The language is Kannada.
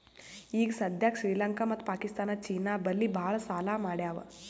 ಈಗ ಸದ್ಯಾಕ್ ಶ್ರೀಲಂಕಾ ಮತ್ತ ಪಾಕಿಸ್ತಾನ್ ಚೀನಾ ಬಲ್ಲಿ ಭಾಳ್ ಸಾಲಾ ಮಾಡ್ಯಾವ್